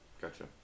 gotcha